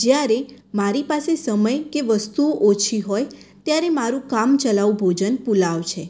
જયારે મારી પાસે સમય કે વસ્તુઓ ઓછી હોય ત્યારે મારું કામ ચલાઉ ભોજન પુલાવ છે